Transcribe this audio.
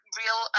real